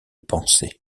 pensées